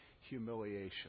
humiliation